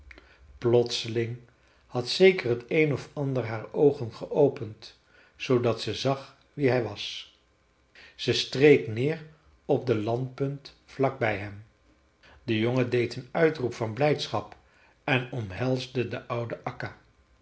plotseling had zeker t een of ander haar oogen geopend zoodat ze zag wie hij was ze streek neer op de landpunt vlak bij hem de jongen deed een uitroep van blijdschap en omhelsde de oude akka